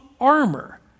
armor